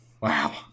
Wow